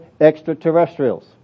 extraterrestrials